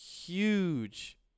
huge